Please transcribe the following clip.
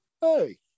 hey